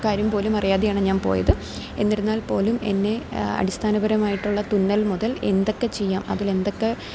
കാര്യം പോലും അറിയാതെ ആണ് ഞാൻ പോയത് എന്നിരുന്നാൽ പോലും എന്നെ അടിസ്ഥാനപരമായിട്ടുള്ള തുന്നൽ മുതൽ എന്തൊക്കെ ചെയ്യാം അതിൽ എന്തൊക്കെ